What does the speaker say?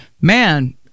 man